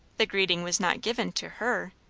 the greeting was not given to her.